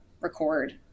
record